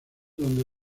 donde